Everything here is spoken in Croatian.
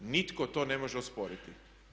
Nitko to ne može osporiti.